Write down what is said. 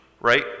right